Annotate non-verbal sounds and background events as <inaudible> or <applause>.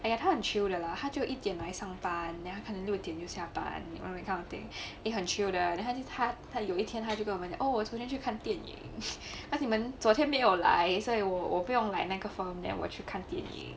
!aiya! 他很 chill 的 lah 他就一点来上班 then 可能六点就下班 you know that kind of thing then 很 chill 的 then 他他有一天他就跟我们讲 oh 我昨天去看电影 <laughs> 那你们昨天没有来所以我我不用来那个 firm 所以我去看电影